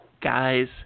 guys